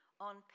on